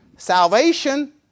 Salvation